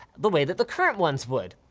the way that the current ones would.